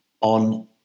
on